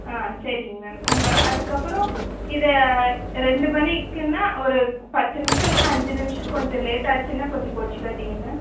ஆ சரிங்க மேம் உங்கள் அதுக்கப்புறோம் இது ரெண்டு மணிக்குன்னால் ஒரு பத்து நிமிஷம் இல்லைனா அஞ்சு நிமிஷம் கொஞ்சம் லேட் ஆச்சுன்னா கொஞ்சம் கோபிச்சுக்காதீங்க மேம்